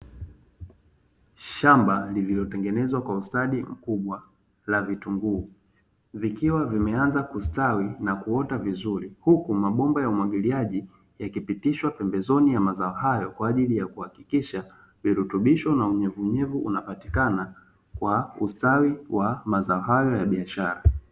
Shamba lililo tengenezwa kwa ustadi mkubwa la vitunguu, vikiwa vimeanza kustawi na kuota vizuri, huku mabomba ya umwagiliaji yakipitishwa pembezoni mwa mazao hayo, kwa ajili ya kuhakikisha virutubisho na unyevunyevu unapatikana, kwa ustawi wa mazao hayo ya biashara.